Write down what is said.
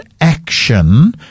action